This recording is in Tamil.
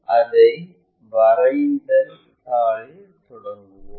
அதை வரைதல் தாளில் தொடங்குவோம்